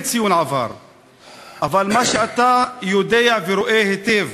ציון "עבר"; אבל מה שאתה יודע ורואה היטב